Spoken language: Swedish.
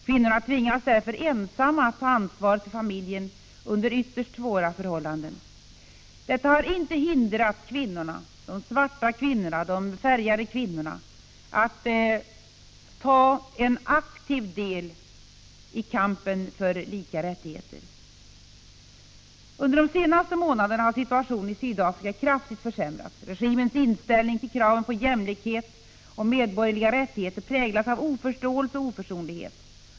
Kvinnorna tvingas därför att ensamma och under ytterst svåra förhållanden ta ansvar för familjen. Men detta har inte hindrat de svarta och de färgade kvinnorna att aktivt ta del i kampen för lika rättigheter. Under de senaste månaderna har situationen i Sydafrika kraftigt försämrats. Regimens inställning till kraven på jämlikhet och medborgerliga rättigheter präglas av oförståelse och oförsonlighet.